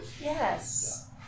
Yes